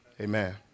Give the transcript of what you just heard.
Amen